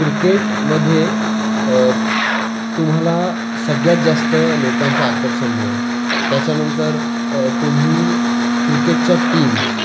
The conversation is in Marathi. क्रिकेटमध्ये तुम्हाला सगळ्यात जास्त लोकांचं आकर्षण मिळेल त्याच्यानंतर तुम्ही क्रिकेटच्या टीम्स